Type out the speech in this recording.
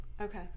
okay